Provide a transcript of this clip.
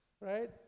right